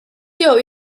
tiegħu